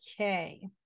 Okay